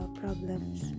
problems